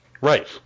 Right